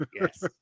Yes